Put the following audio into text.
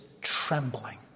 trembling